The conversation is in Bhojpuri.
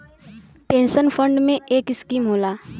पेन्सन फ़ंड में एक स्कीम होला